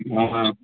आ